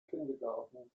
kindergarten